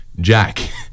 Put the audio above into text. Jack